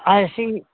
ऐसी